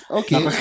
okay